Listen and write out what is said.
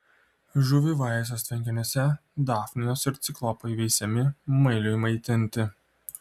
žuvivaisos tvenkiniuose dafnijos ir ciklopai veisiami mailiui maitinti